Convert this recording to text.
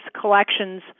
collections